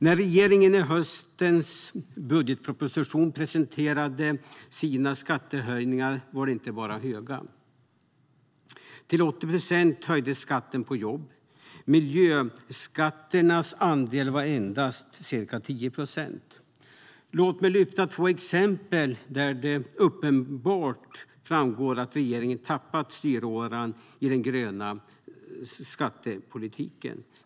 När regeringen i höstens budgetproposition presenterade sina skattehöjningar var de inte bara höga. Till 80 procent höjdes skatten på jobb. Miljöskatternas andel var endast ca 10 procent. Låt mig ta två exempel där det är uppenbart att regeringen tappat styråran i den gröna skattepolitiken.